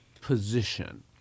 position